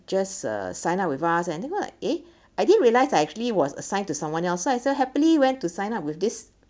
just uh sign up with us and then what like eh I didn't realise I actually was assigned to someone else so I still happily went to sign up with this